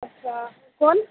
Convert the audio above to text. अच्छा कोण